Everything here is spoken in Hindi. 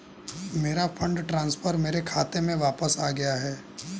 मेरा फंड ट्रांसफर मेरे खाते में वापस आ गया है